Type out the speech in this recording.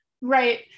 Right